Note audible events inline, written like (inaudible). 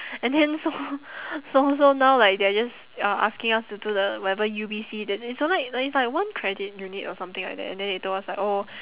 and then so (laughs) so so now like they're just uh asking us to do the whatever U_B_C that like it's like one credit unit or something like that and then they told us like oh